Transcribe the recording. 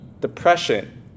depression